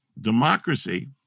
democracy